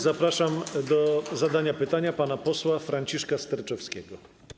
Zapraszam do zadania pytania pana posła Franciszka Sterczewskiego.